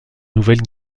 nouvelle